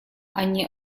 они